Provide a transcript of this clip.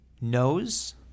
knows